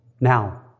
Now